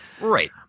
Right